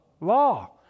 law